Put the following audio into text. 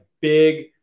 big